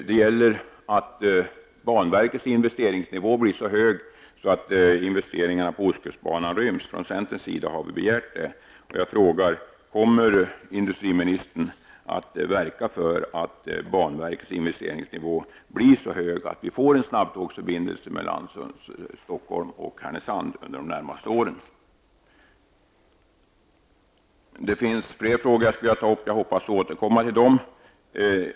Det gäller att banverkets investeringsnivå blir så hög att det ger utrymme för investeringarna på Ostkustbanan. Från centerns sida har vi begärt detta. Jag frågar: Härnösand under de närmaste åren? Det finns fler frågor som jag skulle vilja ta upp. Jag hoppas kunna återkomma till dem.